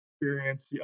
experience